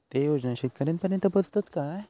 ते योजना शेतकऱ्यानपर्यंत पोचतत काय?